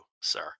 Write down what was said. sir